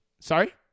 Sorry